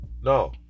No